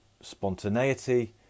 spontaneity